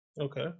Okay